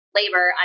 labor